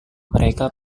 mereka